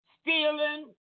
stealing